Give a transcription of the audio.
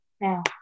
now